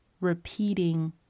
repeating